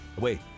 Wait